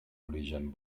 origen